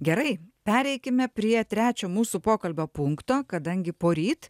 gerai pereikime prie trečio mūsų pokalbio punkto kadangi poryt